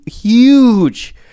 huge